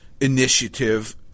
initiative